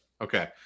okay